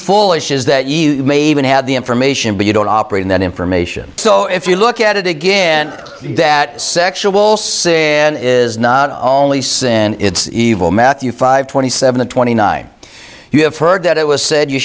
foolish is that you may even have the information but you don't operate on that information so if you look at it again that sexual sin is not only sin it's evil matthew five twenty seven twenty nine you have heard that it was said you